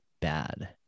bad